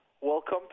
Welcome